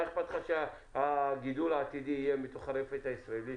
מה אכפת לך שהגידול העתידי יהיה מתוך הרפת הישראלית?